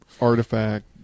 artifact